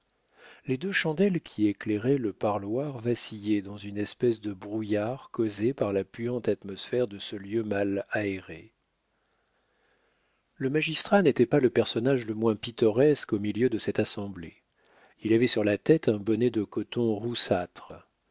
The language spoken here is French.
les deux chandelles qui éclairaient le parloir vacillaient dans une espèce de brouillard causé par la puante atmosphère de ce lieu mal aéré le magistrat n'était pas le personnage le moins pittoresque au milieu de cette assemblée il avait sur la tête un bonnet de coton roussâtre